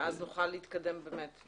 ואז נוכל להתקדם באמת.